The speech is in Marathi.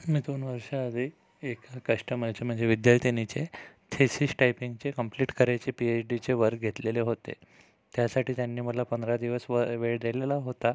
मी दोन वर्षाआधी एका कश्टमरच्या म्हणजे विद्यार्थिनीचे थेसिस टायपिंगचे कम्प्लिट करायचे पीएच डीचे वर्क घेतलेले होते त्यासाठी त्यांनी मला पंधरा दिवस व वेळ दिलेला होता